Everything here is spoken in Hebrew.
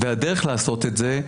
הדרך לעשות את זה,